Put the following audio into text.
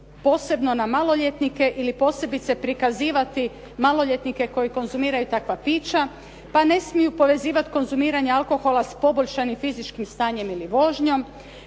posebno na maloljetnike ili posebice prikazivati maloljetnike koji konzumiraju takva pića, pa ne smiju povezivati konzumiranje alkohola sa poboljšanim fizičkim stanjem ili vožnjom,